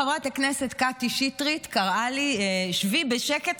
חברת הכנסת קטי שטרית קראה לי: שבי בשקט,